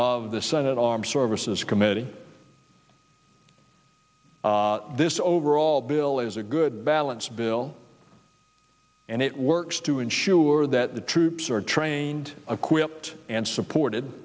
of the senate armed services committee this overall bill is a good balance bill and it works to ensure that the troops are trained of quipped and supported